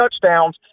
touchdowns